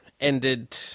ended